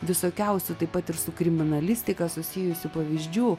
visokiausių taip pat ir su kriminalistika susijusių pavyzdžių